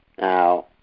Now